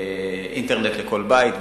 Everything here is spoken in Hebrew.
אינטרנט לכל בית.